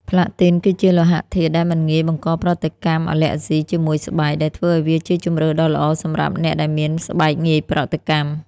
ផ្លាទីនគឺជាលោហៈធាតុដែលមិនងាយបង្កប្រតិកម្មអាឡែហ្ស៊ីជាមួយស្បែក ដែលធ្វើឱ្យវាជាជម្រើសដ៏ល្អសម្រាប់អ្នកដែលមានស្បែកងាយប្រតិកម្ម។